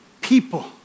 people